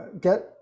get